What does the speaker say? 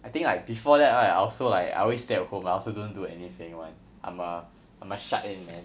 I think like before that right I also like I always stay at home I also don't do anything [one] I'm a I'm a shut in man